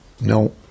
No